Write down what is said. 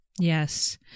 Yes